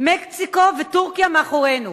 מקסיקו וטורקיה מאחורינו.